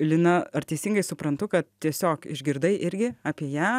lina ar teisingai suprantu kad tiesiog išgirdai irgi apie ją